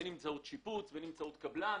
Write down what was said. בין באמצעות שיפוץ, בין באמצעות קבלן.